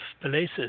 places